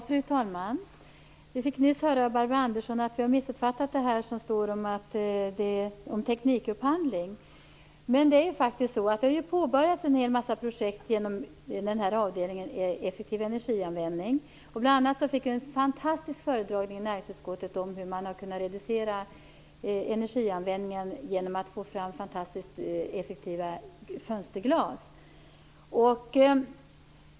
Fru talman! Vi fick nyss höra av Barbro Andersson att vi har missuppfattat det som står om teknikupphandling. Men det har faktiskt påbörjats en hel massa projekt genom avdelningen Effektiv energianvändning. Bl.a. fick vi en fantastisk föredragning i näringsutskottet om hur man har kunnat reducera energianvändningen genom att få fram väldigt effektiva fönsterglas.